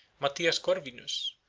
matthias corvinus,